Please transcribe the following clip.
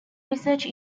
research